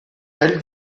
elle